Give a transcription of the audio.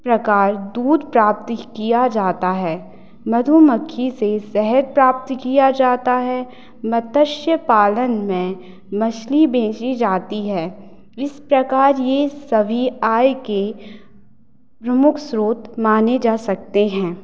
प्रकार दूध प्राप्त किया जाता है मधुमक्खी से शहद प्राप्त किया जाता है मतस्य पालन में मछली बेची जाती है इस प्रकार ये सभी आय के मुख स्रोत माने जा सकते हैं